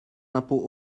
impôts